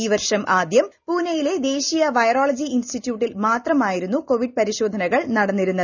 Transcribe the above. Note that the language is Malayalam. ഈ വർഷം ആദ്യം പൂനെയിലെ ദേശീയ വൈറോളജി ഇൻസ്റ്റിറ്റ്യൂട്ടിൽ മാത്രമായിരുന്നു കോവിഡ് പരിശോധനകൾ നടന്നിരുന്നത്